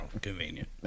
convenient